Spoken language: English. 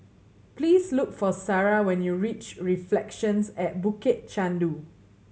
please look for Sarrah when you reach Reflections at Bukit Chandu